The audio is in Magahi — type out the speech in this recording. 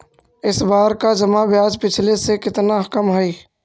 इस बार का जमा ब्याज पिछले से कितना कम हइ